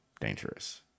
dangerous